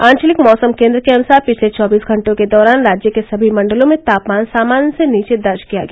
आंचलिक मौसम केन्द्र के अनुसार पिछले चौबीस घंटों के दौरान राज्य के सभी मण्डलों में तापमान सामान्य से नीचे दर्ज किया गया